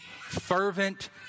fervent